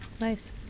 nice